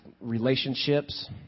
relationships